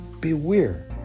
Beware